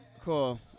Cool